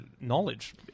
knowledge